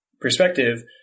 perspective